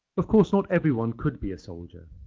of course not everyone could be a soldier.